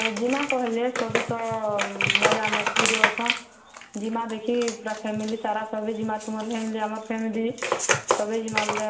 ହଁ ଜିମା କହେଲେ ସଭେ ତ ମଜାମସ୍ତିରେ ଅଛନ୍ ଜିମା ଦେଖି ପୁରା ଫ୍ୟାମିଲି ସାରା ସଭେ ଜିମା ତୁମର୍ ଫ୍ୟାମିଲି ଆମର୍ ଫ୍ୟାମିଲି ସଭେ ଜିମା ବେଲେ